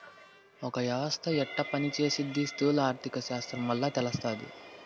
ఒక యవస్త యెట్ట పని సేసీది స్థూల ఆర్థిక శాస్త్రం వల్ల తెలస్తాది